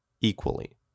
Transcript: equally